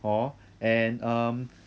hor and um